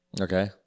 Okay